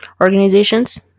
organizations